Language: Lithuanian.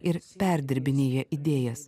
ir perdirbinėja idėjas